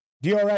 DRS